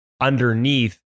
underneath